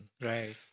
Right